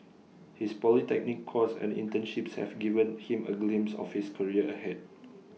his polytechnic course and internships have given him A glimpse of his career ahead